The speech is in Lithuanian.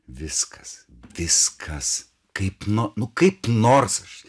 viskas viskas kaip nu nu kaip nors aš